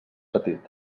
petit